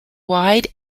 wide